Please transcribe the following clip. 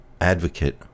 advocate